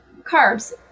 carbs